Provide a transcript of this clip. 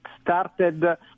started